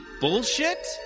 bullshit